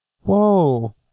Whoa